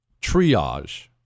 Triage